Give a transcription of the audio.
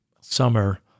summer